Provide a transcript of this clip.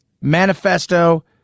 manifesto